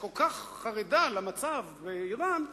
שכל כך חרדה למצב באירן,